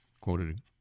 quoted